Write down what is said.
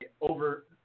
over